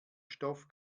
stoff